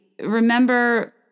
remember